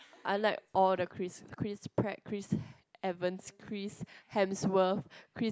I like all the Chris Chris Pratt Chris Evans Chris Hemsworth Chris